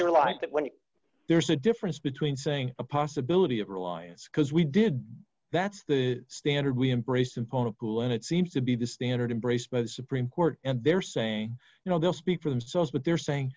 when there's a difference between saying a possibility of reliance because we did that's the standard we embrace component cool and it seems to be the standard embracement supreme court and they're saying you know they'll speak for themselves but they're saying